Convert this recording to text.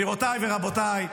גבירותיי ורבותיי,